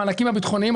המענקים הביטחוניים,